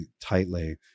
tightly